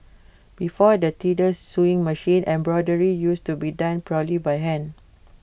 before the treadle sewing machine embroidery used to be done purely by hand